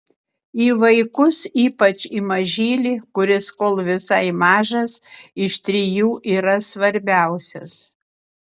į vaikus ypač į mažylį kuris kol visai mažas iš trijų yra svarbiausias